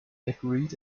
agreed